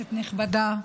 כנסת נכבדה,